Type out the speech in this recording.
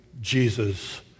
Jesus